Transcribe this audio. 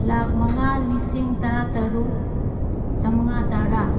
ꯂꯥꯛ ꯃꯉꯥ ꯂꯤꯁꯤꯡ ꯇꯔꯥꯇꯔꯨꯛ ꯆꯥꯃꯉꯥ ꯇꯔꯥ